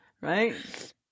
right